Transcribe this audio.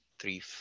three